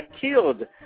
killed